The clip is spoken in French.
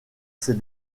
ses